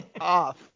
off